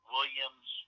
Williams